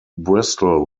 bristol